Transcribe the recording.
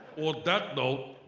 on that note,